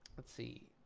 let's see.